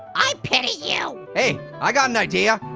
i pay you! hey! i got an idea.